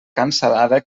cansalada